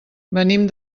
venim